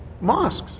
mosques